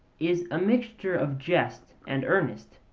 is a mixture of jest and earnest,